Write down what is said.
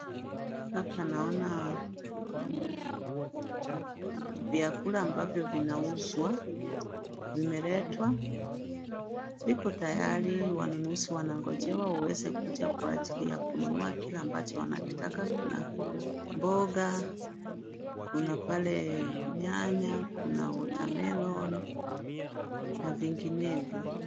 Hapa naona vyakula ambavyo vinauzwa vimeletwa. Viko tayari. Wanunuzi wanangojewa waweze kuja kwa ajili ya kile ambacho wanakitaka na mboga kuna pale nyanya, kuna watermelon na vinginevyo.